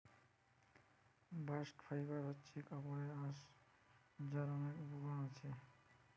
bast fibre হচ্ছে কাপড়ের আঁশ যার অনেক উপকরণ আছে